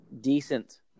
decent